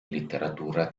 letteratura